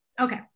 Okay